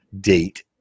date